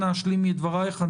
אנא השלימי את דבריך.